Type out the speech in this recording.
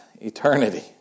eternity